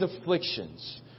afflictions